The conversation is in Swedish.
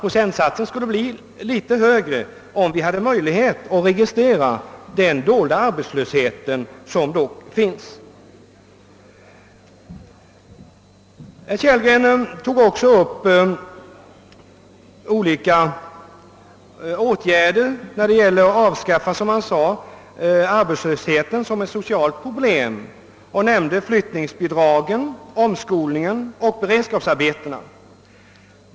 Procentsatsen skulle bli litet högre om vi hade möjlighet att registrera den dolda arbetslöshet som dock finns. Herr Kellgren tog också upp olika åtgärder när det gäller att avskaffa, som han sade, arbetslösheten som socialt problem. Han nämnde flyttningsbidragen, omskolningen och beredskapsarbetena.